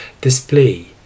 display